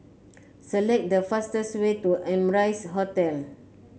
select the fastest way to Amrise Hotel